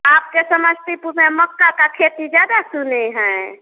आपके समस्तीपुर में मक्का का खेती ज्यादा सुने हैं